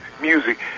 music